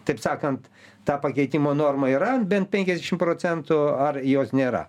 taip sakant ta pakeitimo norma yra bent penkiasdešim procentų ar jos nėra